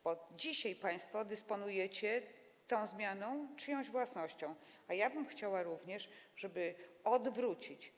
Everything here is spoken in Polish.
Bo dzisiaj państwo dysponujecie poprzez tę zmianę czyjąś własnością, a ja bym chciała również, żeby to odwrócić.